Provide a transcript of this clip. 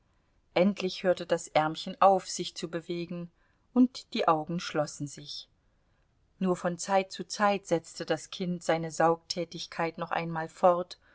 endlich hörte das ärmchen auf sich zu bewegen und die augen schlossen sich nur von zeit zu zeit setzte das kind seine saugtätigkeit noch einmal fort